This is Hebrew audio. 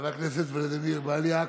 חבר הכנסת ולדימיר בליאק,